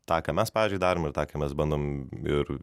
tą ką mes pavyzdžiui darom ir tą ką mes bandom ir